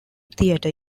theatre